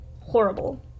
horrible